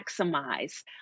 maximize